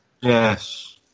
Yes